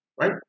right